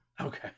Okay